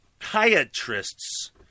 Psychiatrists